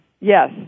Yes